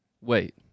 wait